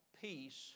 peace